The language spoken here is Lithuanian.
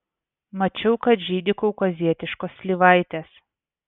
mačiau kad žydi kaukazietiškos slyvaitės